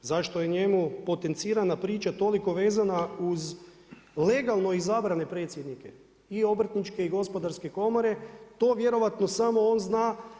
Zašto je njemu potencirana priča toliko vezana uz legalno izabrane predsjednike i Obrtničke i Gospodarske komore to vjerojatno samo on zna.